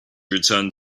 returned